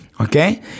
okay